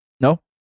No